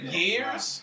years